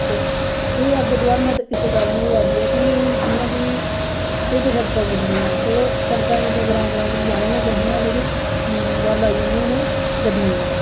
ते एह् अग्गै डिवलैपमैंट इस कारण होआ दी ऐ जि'यां कि एह् शड़कां पुज्जी दियां चलो शड़कां ते ग्रांऽ ग्रांऽ बिच जानियां गै हियां गल्ल आई जंदी हुन गड्डियें दी